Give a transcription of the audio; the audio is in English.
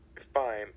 fine